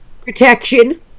Protection